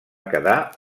quedar